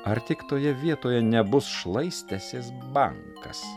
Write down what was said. ar tik toje vietoje nebus šlaistęsis bankas